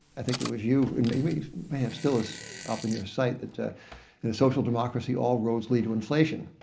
i think it was you, and you may may have still this up on your site, that in social democracy, all roads lead to inflation.